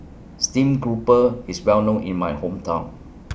Stream Grouper IS Well known in My Hometown